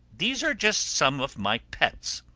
these are just some of my pets.